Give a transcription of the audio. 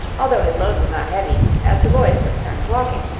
although his load was not heavy, as the boys took turns walking,